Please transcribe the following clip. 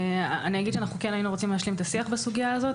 אני אגיד שאנחנו כן היינו רוצים להשלים את השיח בסוגייה הזו,